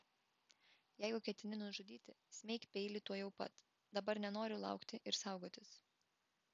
jeigu ketini nužudyti smeik peilį tuojau pat dabar nenoriu laukti ir saugotis